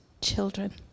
children